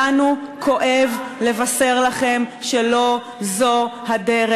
ולנו כואב לבשר לכם שלא זו הדרך.